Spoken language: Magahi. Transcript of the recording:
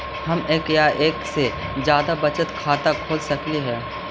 हम एक या एक से जादा बचत खाता खोल सकली हे?